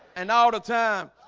and all the time.